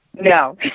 No